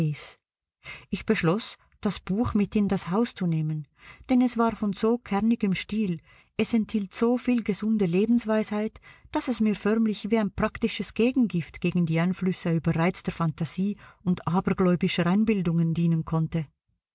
ich beschloß das buch mit in das haus zu nehmen denn es war von so kernigem stil es enthielt so viel gesunde lebensweisheit daß es mir förmlich wie ein praktisches gegengift gegen die einflüsse überreizter phantasie und abergläubischer einbildungen dienen konnte